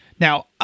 Now